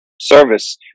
service